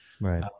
right